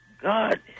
God